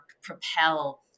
propel